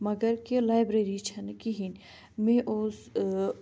مگر کہِ لایبرٔری چھَنہٕ کِہیٖنۍ مےٚ اوس